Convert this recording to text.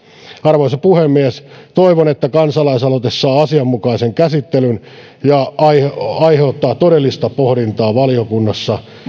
arvoisa puhemies toivon että kansalaisaloite saa asianmukaisen käsittelyn ja aiheuttaa aiheuttaa todellista pohdintaa valiokunnassa